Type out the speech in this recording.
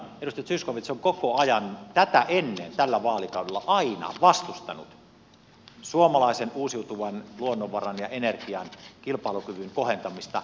edustaja zyskowicz on koko ajan tätä ennen tällä vaalikaudella aina vastustanut suomalaisen uusiutuvan luonnonvaran ja energian kilpailukyvyn kohentamista